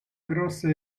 grossa